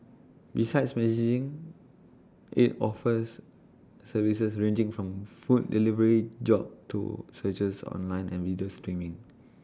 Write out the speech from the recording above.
besides messaging IT offers services ranging from food delivery job to searches online and video streaming